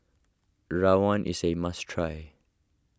Rawon is a must try